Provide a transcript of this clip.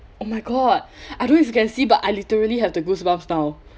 oh my god I don't know if you can see but I literally have the goosebumps now